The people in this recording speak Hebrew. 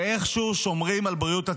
שאיכשהו שומרים על בריאות הציבור.